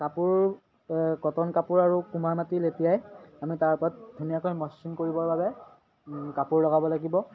কাপোৰ কটন কাপোৰ আৰু কুমাৰ মাটি লেটিয়াই আমি তাৰ ওপৰত ধুনীয়াকৈ মসৃণ কৰিবৰ বাবে কাপোৰ লগাব লাগিব